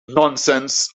nonsense